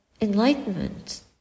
enlightenment